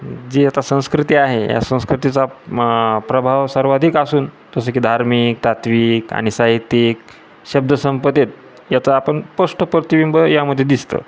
जी आता संस्कृती आहे या संस्कृतीचा प्रभाव सर्वाधिक असून जसं की धार्मिक तात्त्विक आणि साहित्यिक शब्दसंपदेत याचा आपण स्पष्ट प्रतिबिंब यामध्ये दिसतं